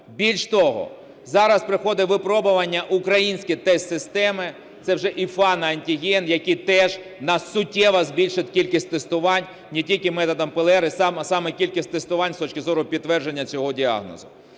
Більш того, зараз проходять випробування українські тест-системи, це вже ІФА на антиген, які теж у нас суттєво збільшать кількість тестувань не тільки методом ПЛР, а саме кількість тестувань з точки зору підтвердження цього діагнозу.